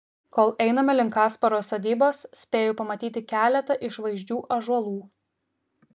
kol einame link kasparo sodybos spėju pamatyti keletą išvaizdžių ąžuolų